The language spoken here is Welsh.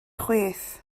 chwith